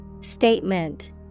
Statement